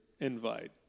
invite